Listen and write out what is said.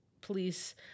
police